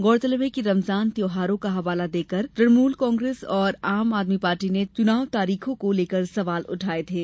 गौरतलब है कि रमजान त्यौहार का हवाला देकर तृणमुल कांग्रेस और आम आदमी पार्टी ने चुनाव तारीखों को लेकर सवाल उठाये थे